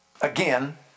Again